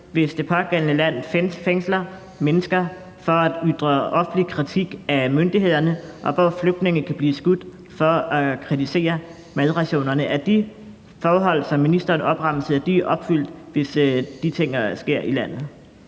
hvis det pågældende land fængsler mennesker for at ytre offentlig kritik af myndighederne, og hvis flygtninge i det land kan blive skudt for at kritisere madrationerne? Er de forhold, som ministeren opremsede, opfyldt, hvis de ting sker i landet?